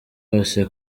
hose